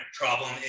problem